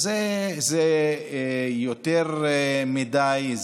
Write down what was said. אז זה יותר מדי,